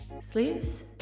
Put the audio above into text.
Sleeves